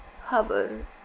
hover